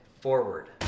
forward